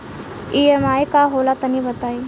EMI का होला तनि बताई?